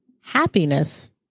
happiness